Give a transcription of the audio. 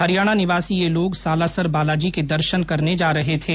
हरियाणा निवासी ये लोग सालासर बालाजी के दर्शन करने जा रहे थे